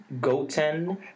Goten